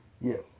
Yes